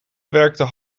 werkte